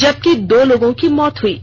जबकि दो लोगों की मौत हई है